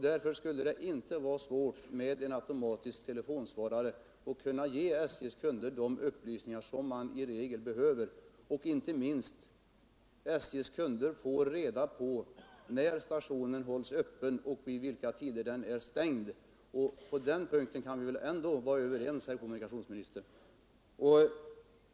Därför skulle det inte vara svårt att med en automatisk telefonsvarare ge SJ:s kunder de upplysningar som de i regel behöver. Och inte minst viktigt — SJ:s kunder får reda på när stationen hålls öppen och stängd. På den punkten kan vi väl ändå vara överens, kommunikationsministern.